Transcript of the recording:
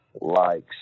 likes